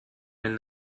ein